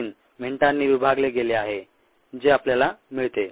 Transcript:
3 मिनिटांनी विभागले गेले आहे जे आपल्याला मिळते